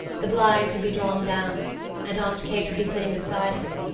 the blinds would be drawn down and aunt kate would be sitting beside him,